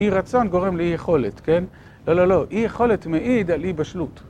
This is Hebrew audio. אי רצון גורם לאי יכולת, כן? לא, לא, לא. אי יכולת מעיד על אי בשלות.